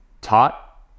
taught